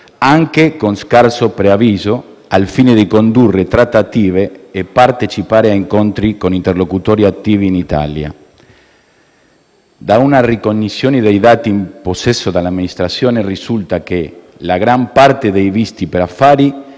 anche con scarso preavviso, al fine di condurre trattative e partecipare a incontri con interlocutori attivi in Italia. Da una ricognizione dei dati in possesso dell'amministrazione risulta che la gran parte dei visti per affari